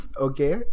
Okay